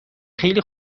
خیلی